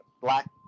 black